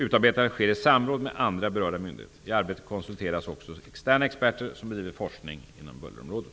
Utarbetandet sker i samråd med andra berörda myndigheter. I arbetet konsulteras också externa experter som bedriver forskning inom bullerområdet.